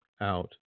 out